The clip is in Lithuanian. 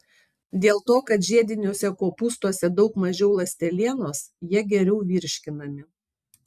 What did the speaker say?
dėl to kad žiediniuose kopūstuose daug mažiau ląstelienos jie geriau virškinami